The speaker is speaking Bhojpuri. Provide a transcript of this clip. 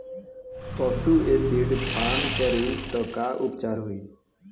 पशु एसिड पान करी त का उपचार होई?